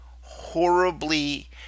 horribly